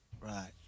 Right